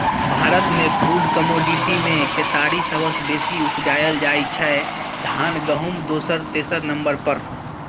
भारतमे फुड कमोडिटीमे केतारी सबसँ बेसी उपजाएल जाइ छै धान गहुँम दोसर तेसर नंबर पर